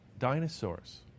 dinosaurs